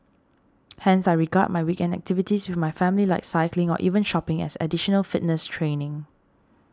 hence I regard my weekend activities with my family like cycling or even shopping as additional fitness training